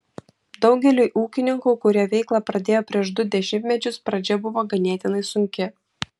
daugeliui ūkininkų kurie veiklą pradėjo prieš du dešimtmečius pradžia buvo ganėtinai sunki